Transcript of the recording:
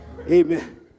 amen